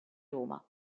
roma